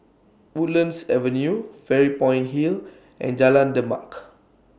Woodlands Avenue Fairy Point Hill and Jalan Demak